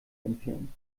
entfernt